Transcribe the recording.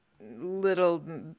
little